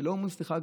כשלא אומרים סליחה,